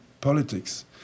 politics